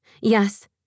Yes